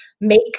make